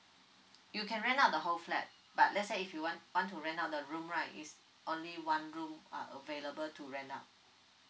you can rent out the whole flat but let's say if you want want to rent out the room right is only one room uh available to rent out